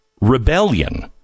rebellion